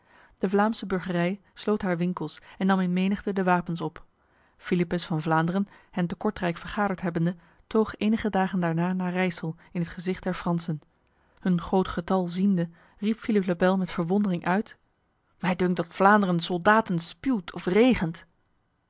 de vlaamse burgerij sloot haar winkels en nam in menigte de wapens op philippus van vlaanderen hen te kortrijk vergaderd hebbende toog enige dagen daarna naar rijsel in het gezicht der fransen hun groot getal ziende riep philippe le bel met verwondering uit mij dunkt dat vlaanderen soldaten spuwt of regent